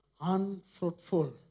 unfruitful